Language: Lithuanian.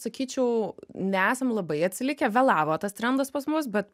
sakyčiau neesam labai atsilikę vėlavo tas trendas pas mus bet